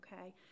okay